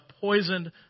poisoned